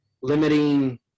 limiting